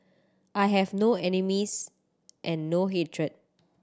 I have no enemies and no hatred